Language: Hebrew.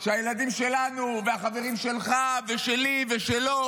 שהילדים שלנו וחברים שלך ושלי ושלו,